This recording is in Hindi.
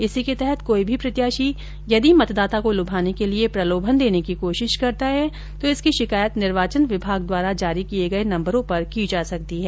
इसी के तहत कोई भी प्रत्याशी यदि मतदाता को लुभाने के लिये प्रलोभन देने की कोशिश करता है तो इसकी शिकायत निर्वाचन विभाग द्वारा जारी किये गये नम्बरों पर की जा सकती है